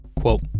Quote